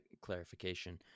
clarification